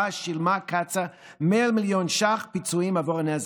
ובה שילמה קצא"א 100 מיליון ש"ח פיצויים עבור הנזק.